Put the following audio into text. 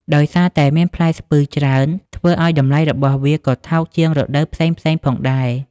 ដោយសារតែមានផ្លែស្ពឺច្រើន ធ្វើឲ្យតម្លៃរបស់វាក៏ថោកជាងរដូវផ្សេងៗផងដែរ។